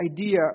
idea